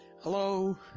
Hello